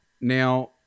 Now